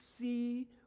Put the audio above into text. see